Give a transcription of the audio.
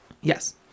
Yes